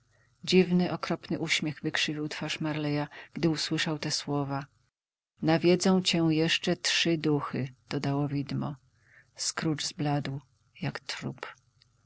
dziwny okropny uśmiech wykrzywił twarz marley'a gdy usłyszał te słowa nawiedzą cię jeszcze trzy duchy dodało widmo scrooge zbladł jak